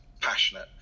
passionate